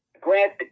Grant